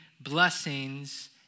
blessings